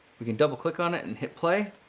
we can double click on it and hit play.